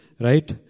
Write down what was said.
Right